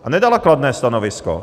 A nedala kladné stanovisko!